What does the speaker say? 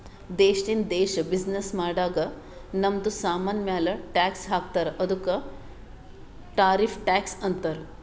ದೇಶದಿಂದ ದೇಶ್ ಬಿಸಿನ್ನೆಸ್ ಮಾಡಾಗ್ ನಮ್ದು ಸಾಮಾನ್ ಮ್ಯಾಲ ಟ್ಯಾಕ್ಸ್ ಹಾಕ್ತಾರ್ ಅದ್ದುಕ ಟಾರಿಫ್ ಟ್ಯಾಕ್ಸ್ ಅಂತಾರ್